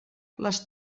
les